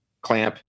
clamp